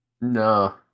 No